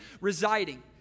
residing